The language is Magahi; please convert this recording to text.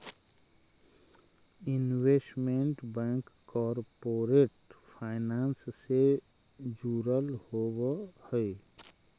इन्वेस्टमेंट बैंक कॉरपोरेट फाइनेंस से जुड़ल होवऽ हइ